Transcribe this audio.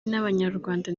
n’abanyarwanda